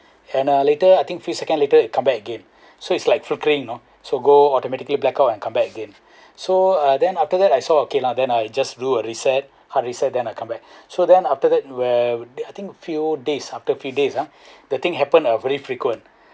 and uh later I think few second later it come back again so it's like flicking you know so go automatically blackout and come back again so ah then after that I saw okay lah then I just do a reset hard reset then I come back so then after that where I think few days after few days ah the thing uh happen very frequent